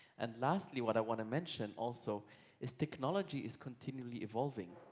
and lastly, what i want to mention also is technology is continually evolving.